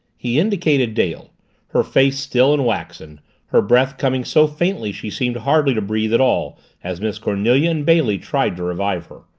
he indicated dale her face still and waxen her breath coming so faintly she seemed hardly to breathe at all as miss cornelia and bailey tried to revive her.